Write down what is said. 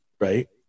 right